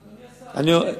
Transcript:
אדוני השר, אין